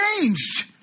changed